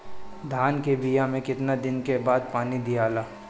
धान के बिया मे कितना दिन के बाद पानी दियाला?